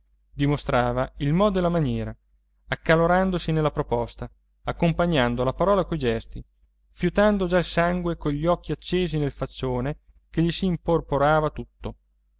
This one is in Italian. dimostrava il modo e la maniera accalorandosi nella proposta accompagnando la parola coi gesti fiutando già il sangue cogli occhi accesi nel faccione che gli s'imporporava tutto